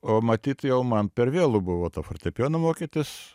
o matyt jau man per vėlu buvo tuo fortepijonu mokytis